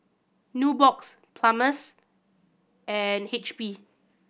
Nubox Palmer's and H P